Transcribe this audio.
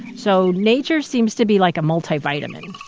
so nature seems to be like a multivitamin